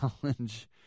challenge